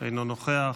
אינו נוכח.